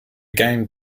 game